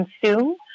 consume